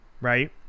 Right